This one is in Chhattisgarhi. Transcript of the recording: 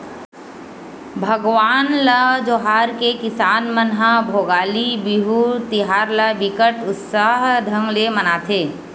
भगवान ल जोहार के किसान मन ह भोगाली बिहू तिहार ल बिकट उत्साह ढंग ले मनाथे